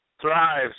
thrives